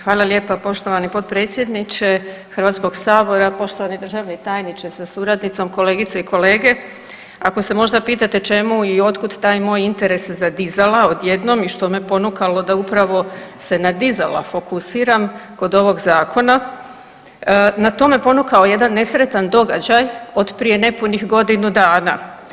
Hvala lijepa poštovani potpredsjedniče HS-a, poštovani državni tajniče sa suradnicom, kolegice i kolege, ako se možda pitate čemu i otkud taj moj interes za dizala odjednom i što me ponukalo da upravo se na dizala se fokusiram kod ovog zakona, na to me ponukao jedan nesretan događaj od nepunih godinu dana.